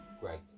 Great